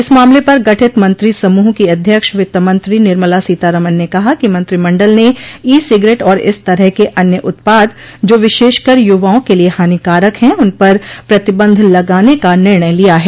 इस मामले पर गठित मंत्री समूह की अध्यक्ष वित्तमंत्री निर्मला सीतारमन ने कहा कि मंत्रिमण्डल ने ई सिगरेट और इस तरह के अन्य उत्पाद जो विशेषकर युवाओं के लिए हानिकारक हैं उनपर प्रतिबंध लगाने का निर्णय लिया है